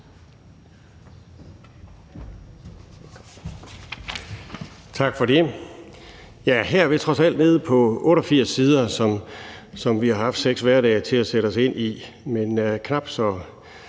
Tak for det.